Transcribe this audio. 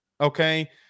okay